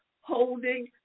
holding